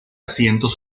asientos